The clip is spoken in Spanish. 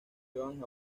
johann